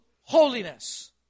holiness